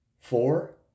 four